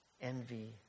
envy